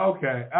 Okay